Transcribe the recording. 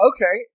Okay